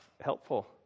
Helpful